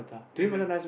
they have